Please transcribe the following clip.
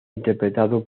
interpretado